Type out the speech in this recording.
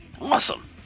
Awesome